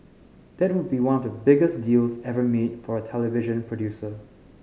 that would be one of the biggest deals ever made for a television producer